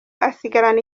asigarana